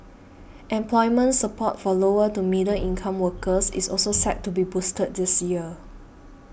employment support for lower to middle income workers is also set to be boosted this year